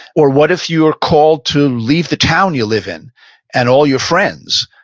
or what if you are called to leave the town you live in and all your friends.